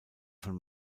von